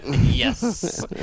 yes